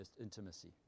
intimacy